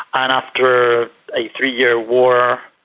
and after a three-year war,